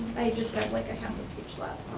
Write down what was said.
i just have like a half a page left.